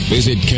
Visit